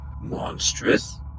monstrous